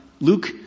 Luke